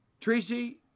Tracy